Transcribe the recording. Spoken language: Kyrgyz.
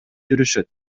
жүрүшөт